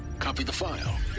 copy the file!